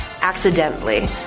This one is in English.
accidentally